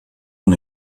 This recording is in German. von